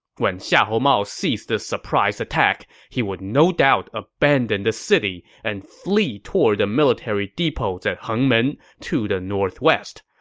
when xiahou mao sees this surprise attack, he would no doubt abandon the city and flee toward the military depots at hengmen to the northwest.